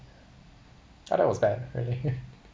ah that was bad really